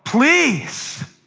please